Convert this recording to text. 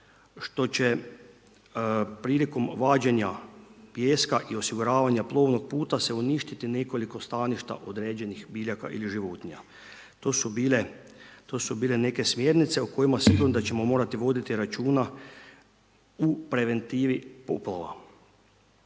što će prilikom vađenja pijeska i osiguravanja plovnog puta se uništiti nekoliko staništa određenih biljaka ili životinja. To su bile neke smjernice o kojima sigurno da ćemo morati voditi računa u preventivi poplava.